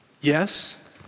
yes